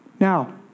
Now